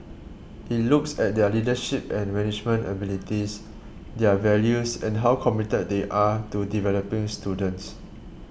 it looks at their leadership and management abilities their values and how committed they are to developing students